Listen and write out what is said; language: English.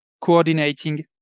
coordinating